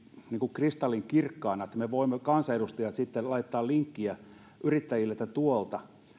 kristallinkirkkaana että me kansanedustajat voimme sitten laittaa linkkiä yrittäjille että tuolta